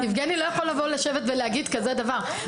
יבגני לא יכול לבוא ולשבת ולהגיד כזה דבר.